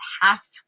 half